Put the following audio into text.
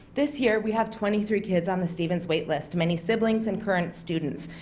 this year we have twenty three kids on the stevens waitlist many siblings and current students.